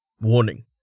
Warning